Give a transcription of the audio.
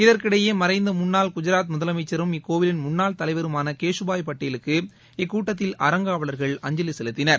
இதற்கிடையே மறைந்த முன்னாள் குஜாத் முதலமைச்சரும் இக்கோவிலின் முன்னாள் தலைவருமான கேஷபாய் பட்டேலுக்கு இக்கூட்டத்தில் அறங்காவலர்கள் அஞ்சலி செலுத்தினார்கள்